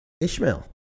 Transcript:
Ishmael